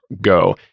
go